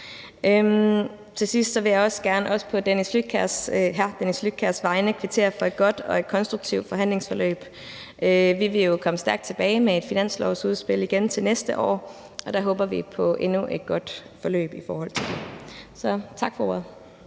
Til sidst vil jeg også gerne på hr. Dennis Flydtkjærs vegne kvittere for et godt og konstruktivt forhandlingsforløb. Vi vil jo komme stærkt tilbage med et finanslovsudspil igen til næste år, og der håber vi på endnu et godt forløb. Så tak for ordet.